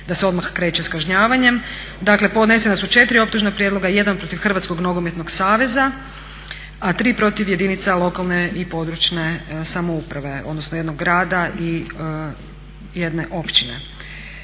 da se odmah kreće sa kažnjavanjem. Dakle podnesena su 4 optužna prijedloga, jedan protiv Hrvatskog nogometnog saveza a 3 protiv jedinica lokalne i područne samouprave odnosno jednog grada i jedne općine.